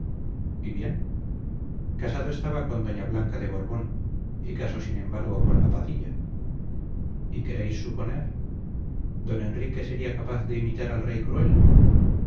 bien casado estaba con doña blanca de borbón y casó sin embargo con la padilla y queréis suponer don enrique sería capaz de imitar al rey cruel